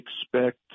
expect